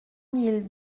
mille